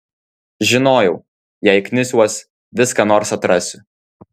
žinojau jei knisiuos vis ką nors atrasiu